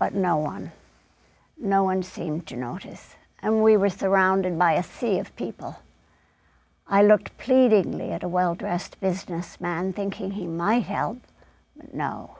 but no one no one seemed to notice and we were surrounded by a sea of people i looked pleadingly at a well dressed business man thinking he might help no